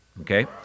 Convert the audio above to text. Okay